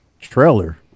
trailer